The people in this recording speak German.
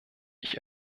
ich